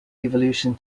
evolution